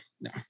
no